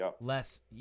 less